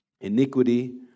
Iniquity